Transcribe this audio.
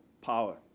power